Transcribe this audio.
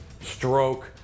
Stroke